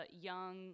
young